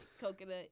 coconut